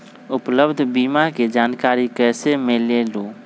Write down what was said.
उपलब्ध बीमा के जानकारी कैसे मिलेलु?